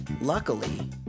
Luckily